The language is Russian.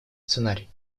сценарий